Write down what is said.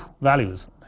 values